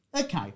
Okay